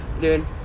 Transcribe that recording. dude